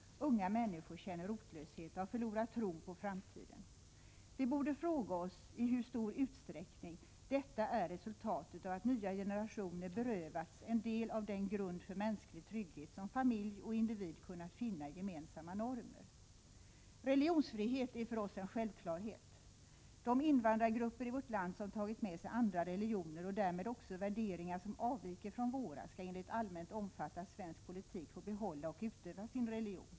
Unga människor känner rotlöshet och har förlorat tron på framtiden. Vi borde fråga oss i hur stor utsträckning detta är resultatet av att nya generationer berövats en del av den grund för mänsklig trygghet som familj och individ kunnat finna i gemensamma normer. Religionsfrihet är för oss en självklarhet. De invandrargrupper i vårt land som tagit med sig andra religioner och därmed också värderingar som avviker från våra skall enligt allmänt omfattad svensk politik få behålla och utöva sin religion.